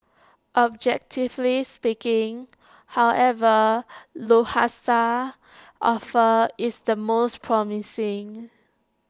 objectively speaking however Lufthansa's offer is the most promising